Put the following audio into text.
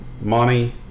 money